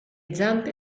zampe